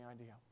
idea